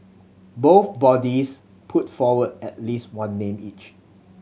both bodies put forward at least one name each